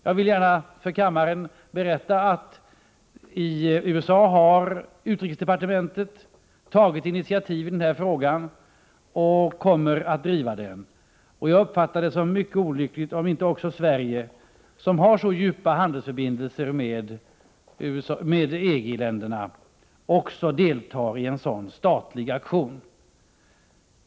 Jag vill för kammaren berätta att utrikesdepartementet i USA har tagit initiativ i denna fråga och kommer att driva den. Jag uppfattar det som mycket olyckligt om inte också Sverige, som har sådana djupa handelsförbindelser med EG-länderna, deltar i en sådan aktion.